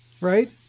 Right